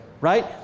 right